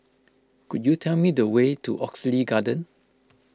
could you tell me the way to Oxley Garden